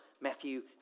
Matthew